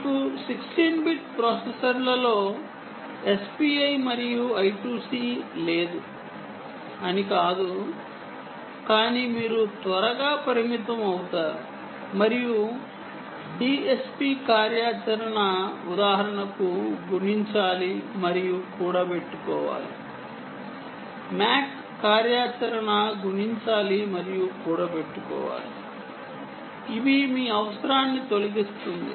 మీకు 16 బిట్ ప్రాసెసర్లలో SPI మరియు I2C లేదు అని కాదు కానీ చాలా త్వరగా పరిమితం అవుతుంది మరియు DSP కార్యాచరణ ఉదాహరణకు గుణించాలి మరియు కూడపెట్టుకోవాలి MAC కార్యాచరణ గుణించాలి మరియు కూడబెట్టుకోవాలి ఇవి మీ అవసరాన్ని తొలగిస్తుంది